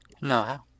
No